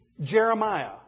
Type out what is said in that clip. Jeremiah